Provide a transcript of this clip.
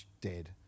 dead